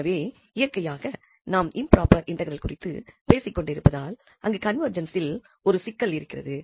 எனவே இயற்கையாக நாம் இம்ப்ராபர் இன்டெக்ரல் குறித்து பேசிக்கொண்டிருப்பதால் அங்கு கன்வெர்ஜென்ஸில் ஒரு சிக்கல் இருக்கிறது